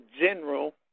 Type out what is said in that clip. general